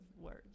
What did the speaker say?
words